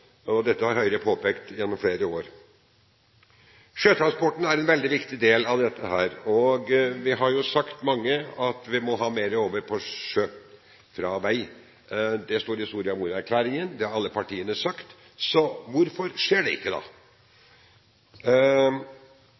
Dette har Høyre påpekt gjennom flere år. Sjøtransporten er en veldig viktig del av dette. Vi har sagt mange ganger at vi må ha mer over på sjø fra vei. Det står i Soria Moria-erklæringen, alle partiene har sagt det – så hvorfor skjer det da ikke?